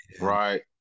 right